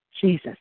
Jesus